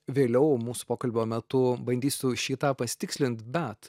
vėliau mūsų pokalbio metu bandysiu šį tą pasitikslint bet